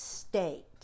state